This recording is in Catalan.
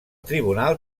tribunal